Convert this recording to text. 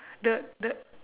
the the